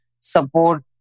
support